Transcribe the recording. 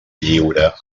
lliure